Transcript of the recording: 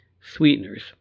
sweeteners